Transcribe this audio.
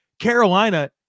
Carolina